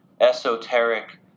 esoteric